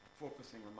focusing